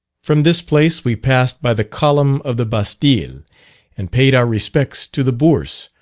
from this place we passed by the column of the bastile, and paid our respects to the bourse,